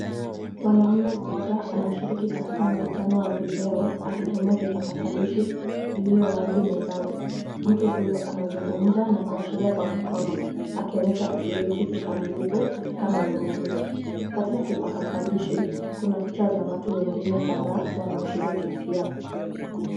Mwanamme mmoja anashiriki katika mkutano wa video akitumia kipakatalishi ilioko wazi mezani. Mtu huyu anazungumza na kuashiria kwa mikono akionyesha kushiriki kikamilifu katika mazungumzo. Katika kipakatalishi kuna picha za watu wengine kadhaa wanao shiriki pia.